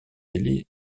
délai